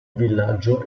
villaggio